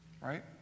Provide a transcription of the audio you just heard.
right